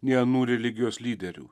nei anų religijos lyderių